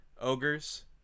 ogres